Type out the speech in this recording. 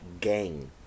gang